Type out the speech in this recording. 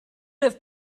have